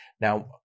Now